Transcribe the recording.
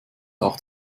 auch